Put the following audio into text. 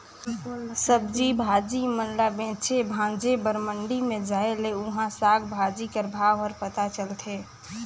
सब्जी भाजी मन ल बेचे भांजे बर मंडी में जाए ले उहां साग भाजी कर भाव हर पता चलथे